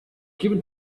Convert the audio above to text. given